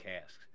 casks